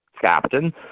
captain